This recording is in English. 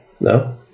No